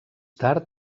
tard